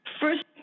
First